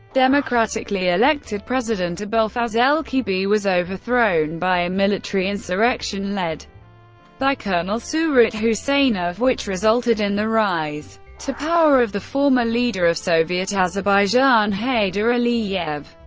democratically elected president abulfaz elchibey was overthrown by a military insurrection led by colonel surat huseynov, which resulted in the rise to power of the former leader of soviet azerbaijan, heydar aliyev.